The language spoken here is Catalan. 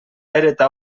heretar